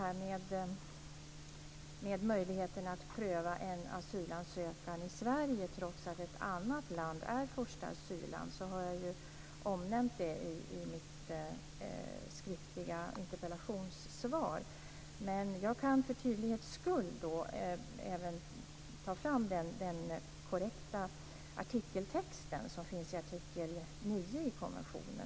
När det gäller möjligheterna att pröva en asylansökan i Sverige trots att ett annat land är första asylland omnämnde jag dem i mitt skriftliga interpellationssvar. Men jag kan för tydlighets skull ta fram den korrekta texten i konventionens artikel 9.